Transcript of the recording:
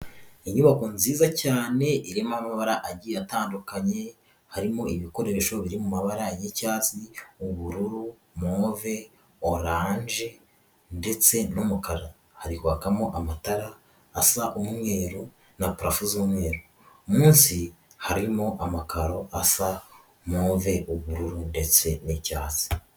Inyubako nziza cyane irimo amabara agiye atandukanye, harimo ibikoresho biri mu mabara y'icya, ubururu, move, oranje ndetse n'umukara, hari kwakamo amatara asa umweru na purafo z'umweru, munsi harimo amakaro asa move, ubururu ndetse n'icyatsi.